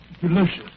Delicious